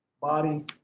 body